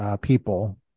people